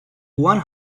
one